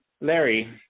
Larry